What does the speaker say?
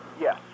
Yes